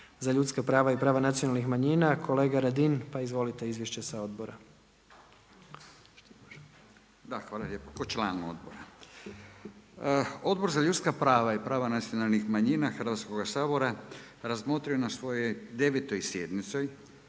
za ljudska prava i prava nacionalnih manjina kolega Radin, pa izvolite, izvješće sa odbora. **Radin, Furio (Nezavisni)** Da, hvala lijepo, kao članu odbora. Odbor za ljudska prava i prava nacionalnih manjina Hrvatskoga sabora, razmotrio je na svojoj 9. sjednici,